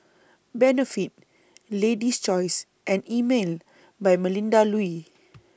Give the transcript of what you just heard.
Benefit Lady's Choice and Emel By Melinda Looi